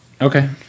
Okay